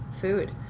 food